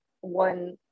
one